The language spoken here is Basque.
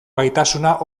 gaitasuna